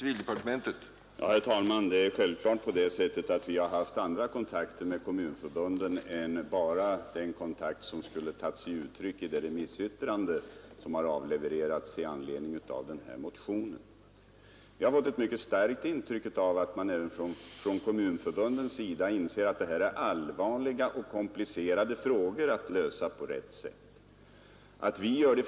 Herr talman! Vi har givetvis haft andra kontakter med kommunförbunden än bara den kontakt som tagit sig uttryck i det remissyttrande som har avlevererats i anledning av den här motionen. Vi har fått ett mycket starkt intryck av att även kommunförbunden insett att dessa frågor är allvarliga och komplicerade och att det är svårt att lösa dem på ett riktigt sätt.